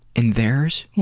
in theirs?